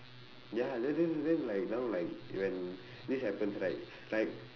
ya then then then like now like when this happens right like